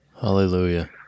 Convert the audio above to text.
Hallelujah